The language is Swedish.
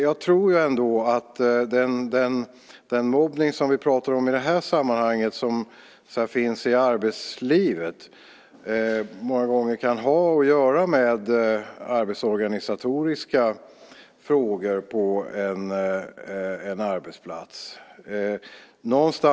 Jag tror att den mobbning som vi nu pratar om, den som finns i arbetslivet, många gånger kan ha att göra med arbetsorganisatoriska frågor på arbetsplatsen.